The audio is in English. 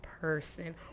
person